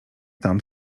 tam